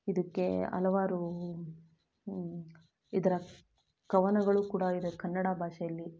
ಇದಕ್ಕೆ ಹಲವಾರು ಇದರ ಕವನಗಳು ಕೂಡ ಇದೆ ಕನ್ನಡ ಭಾಷೆಯಲ್ಲಿ